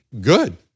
good